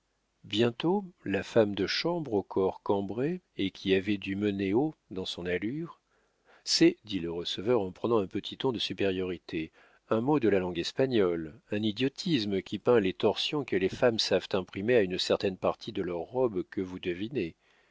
bientôt la femme de chambre au corps cambré et qui avait du meného dans son allure c'est dit le receveur en prenant un petit ton de supériorité un mot de la langue espagnole un idiotisme qui peint les torsions que les femmes savent imprimer à une certaine partie de leur robe que vous devinez